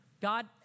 God